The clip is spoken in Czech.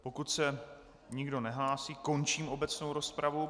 Pokud se nikdo nehlásí, končím obecnou rozpravu.